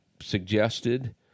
suggested